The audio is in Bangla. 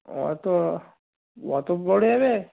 ও অত অত পড়ে যাবে